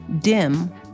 dim